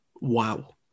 wow